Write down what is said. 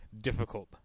difficult